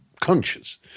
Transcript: conscious